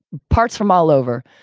parts from all over.